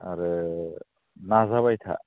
आरो नाजाबाय था